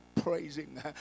praising